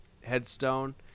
headstone